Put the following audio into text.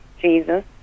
Jesus